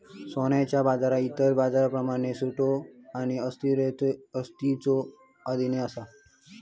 सोन्याचो बाजार इतर बाजारांप्रमाण सट्टो आणि अस्थिरतेच्या अधीन असा